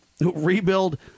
rebuild